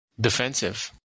Defensive